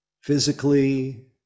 physically